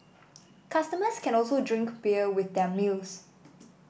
customers can also drink beer with their meals